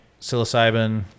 Psilocybin